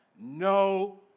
no